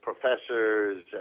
professors